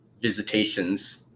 visitations